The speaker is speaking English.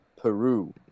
Peru